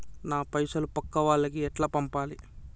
నా పైసలు పక్కా వాళ్లకి ఎట్లా పంపాలి?